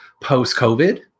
post-COVID